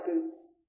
boots